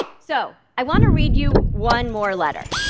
so, i want to read you one more letter.